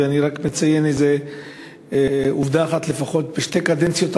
ואני רק מציין עובדה אחת לפחות: בשתי הקדנציות האחרונות,